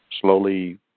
slowly